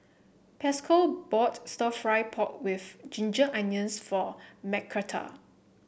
Pascal bought stir fry pork with Ginger Onions for Mcarthur